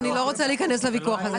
אני לא רוצה להיכנס לוויכוח הזה.